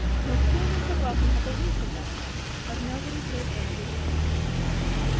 no coolness of welcome had the least effect on him of nobody save anne did he take the least notice.